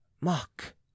Mark